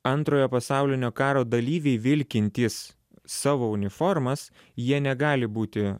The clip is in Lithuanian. antrojo pasaulinio karo dalyviai vilkintys savo uniformas jie negali būti